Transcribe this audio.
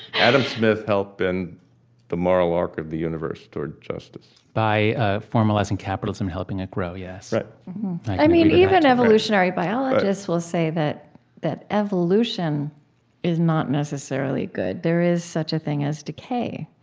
adam smith helped bend the moral arc of the universe toward justice by ah formalizing capitalism and helping it grow, yes right even evolutionary biologists will say that that evolution is not necessarily good. there is such a thing as decay.